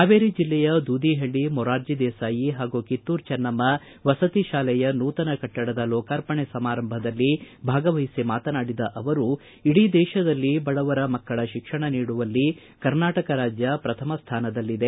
ಪಾವೇರಿ ಜಿಲ್ಲೆಯ ದೂದಿಹಳ್ಳಿ ಮೊರಾರ್ಜಿ ದೇಸಾಯಿ ಹಾಗೂ ಕಿತ್ತೂರ ಚೆನ್ನಮ್ಮ ವಸತಿ ಶಾಲೆಯ ನೂತನ ಕಟ್ಟಡದ ಲೋಕಾರ್ಪಣೆ ಸಮಾರಂಭದಲ್ಲಿ ಭಾಗವಹಿಸಿ ಮಾತನಾಡಿದ ಅವರು ಇಡೀ ದೇಶದಲ್ಲಿ ಬಡವರ ಮಕ್ಕಳ ಶಿಕ್ಷಣ ನೀಡುವಲ್ಲಿ ಕರ್ನಾಟಕ ರಾಜ್ಯ ಪ್ರಥಮ ಸ್ಥಾನದಲ್ಲಿದೆ